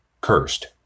cursed